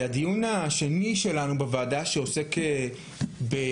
זהו דיון שני שלנו בוועדה שעוסק בעולם